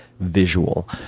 Visual